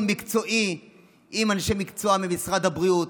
מקצועי עם אנשי מקצוע ממשרד הבריאות,